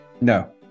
No